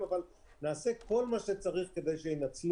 אבל נעשה את כל מה שצריך כדי שינצלו.